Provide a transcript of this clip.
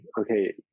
okay